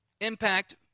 impact